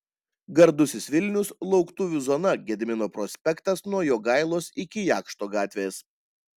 gardusis vilnius lauktuvių zona gedimino prospektas nuo jogailos iki jakšto gatvės